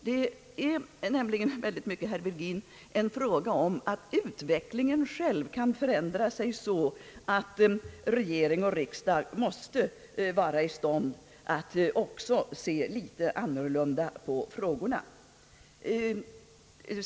Det är nämligen, herr Virgin, väldigt mycket en fråga om att utvecklingen själv kan förändra sig så, att regering och riksdag måste vara i stånd att också se litet annorlunda på problemen.